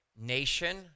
nation